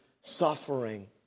suffering